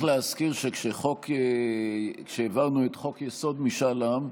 אגב, צריך להזכיר שכשהעברנו את חוק-יסוד: משאל עם,